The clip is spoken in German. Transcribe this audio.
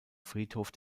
friedhof